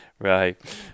Right